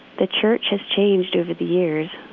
the church has changed over the years,